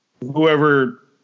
whoever